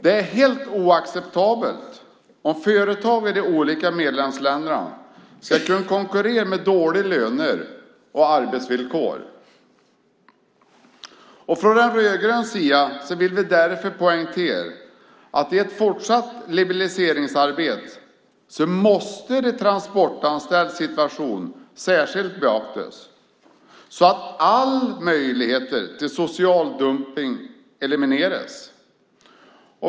Det är helt oacceptabelt om företag i de olika medlemsländerna ska kunna konkurrera med dåliga löner och arbetsvillkor. Från den rödgröna sidan vill vi därför poängtera att man i ett fortsatt liberaliseringsarbete måste särskilt beakta de transportanställdas situation så att alla möjligheter till social dumpning elimineras.